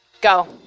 Go